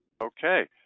okay